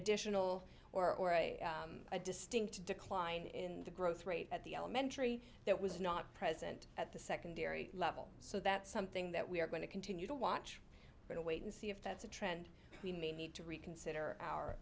additional or a distinct decline in the growth rate at the elementary that was not present at the secondary level so that's something that we are going to continue to watch but to wait and see if that's a trend we may need to reconsider our